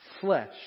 flesh